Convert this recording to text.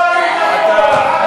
לא מתאים לך.